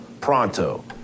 pronto